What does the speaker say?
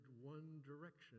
one-direction